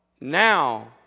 now